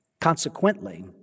Consequently